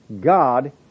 God